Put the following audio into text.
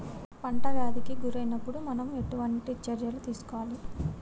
పంట వ్యాధి కి గురి అయినపుడు మనం ఎలాంటి చర్య తీసుకోవాలి?